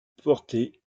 porté